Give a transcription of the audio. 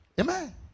Amen